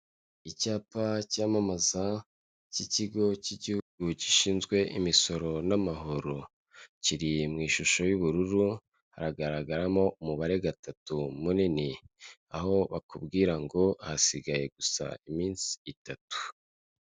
Icyapa cyamamaza cy'ikigo cy'igihugu gishinzwe imisoro n'amahoro, kiri mu ishusho y'ubururu, haragaragaramo umubare gatatu munini, aho bakubwira ngo hasigaye gusa iminsi itatu.